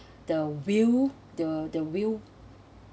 the whale the the whale